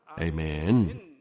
Amen